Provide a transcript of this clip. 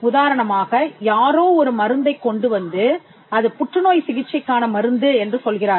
உதாரணமாக யாரோ ஒரு மருந்தைக் கொண்டுவந்து அது புற்றுநோய் சிகிச்சைக்கான மருந்து என்று சொல்கிறார்கள்